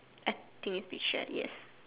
ugh taking a picture yes